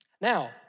Now